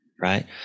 Right